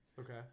Okay